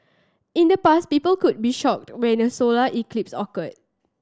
in the past people could be shocked when a solar eclipse occurred